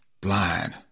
blind